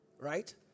Right